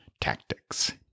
tactics